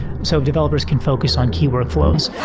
so developers can focus on key workflows?